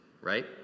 right